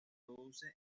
reproduce